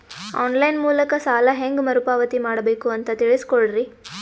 On line ಮೂಲಕ ಸಾಲ ಹೇಂಗ ಮರುಪಾವತಿ ಮಾಡಬೇಕು ಅಂತ ತಿಳಿಸ ಕೊಡರಿ?